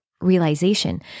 realization